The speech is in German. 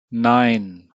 nein